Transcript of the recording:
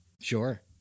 Sure